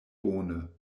bone